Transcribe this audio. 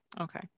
Okay